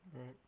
right